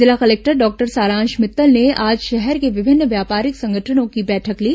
जिला collector doctor Saransh Mittar ने आज शहर के विभिन्न व्यापारिक संगठनों की बैठक ली